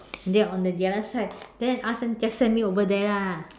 they are on the other side then I ask them just send me over there lah